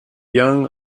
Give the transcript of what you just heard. young